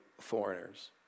foreigners